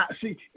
see